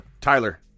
Tyler